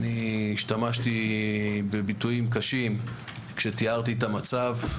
אני השתמשתי בביטויים קשים כשתיארתי את המצב.